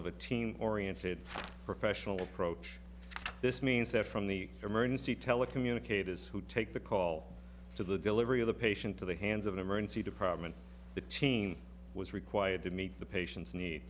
of a team oriented professional approach this means that from the emergency tele communicators who take the call to the delivery of the patient to the hands of emergency department the team was required to meet the patients need